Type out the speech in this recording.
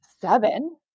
seven